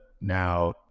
now